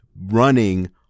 running